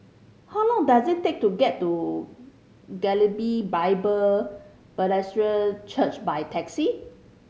how long does it take to get to Galilee Bible Presbyterian Church by taxi